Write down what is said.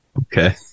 Okay